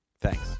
thanks